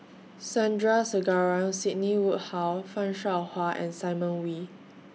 Sandrasegaran Sidney Woodhull fan Shao Hua and Simon Wee